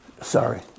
Sorry